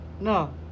No